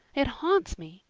it haunts me.